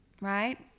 right